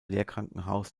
lehrkrankenhaus